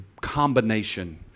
combination